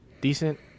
decent